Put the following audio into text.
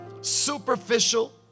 Superficial